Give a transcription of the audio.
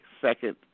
second